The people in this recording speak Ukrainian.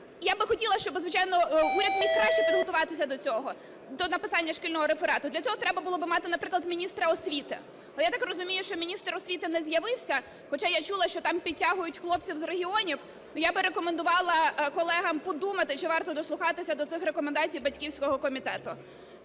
Я би хотіла, щоб, звичайно, уряд міг краще підготуватися до цього, до написання шкільного реферату, для цього треба було би мати, наприклад, міністра освіти. А я так розумію, що міністр освіти не з'явився, хоча я чула, що там підтягують хлопців з регіонів. Ну, я би рекомендувала колегам подумати, чи варто дослухатися до цих рекомендацій батьківського комітету.